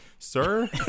Sir